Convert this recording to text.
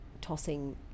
tossing